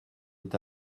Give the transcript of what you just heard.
est